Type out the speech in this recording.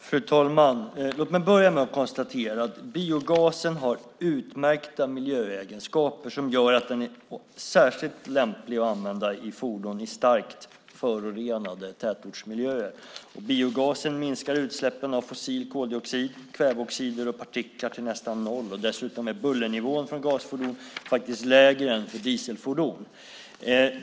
Fru talman! Låt mig börja med att konstatera att biogasen har utmärkta miljöegenskaper som gör att den är särskilt lämplig att använda i fordon i starkt förorenade tätortsmiljöer. Biogasen minskar utsläppen av fossil koldioxid, kväveoxider och partiklar till nästan noll, och dessutom är bullernivån för gasfordon faktiskt lägre än för dieselfordon.